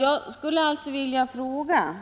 Jag skulle alltså vilja fråga: